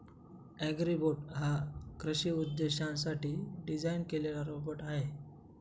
Agribot हा कृषी उद्देशांसाठी डिझाइन केलेला रोबोट आहे